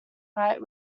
fight